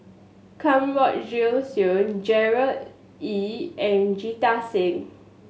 Kanwaljit Soin Gerard Ee and Jita Singh